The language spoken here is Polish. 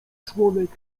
członek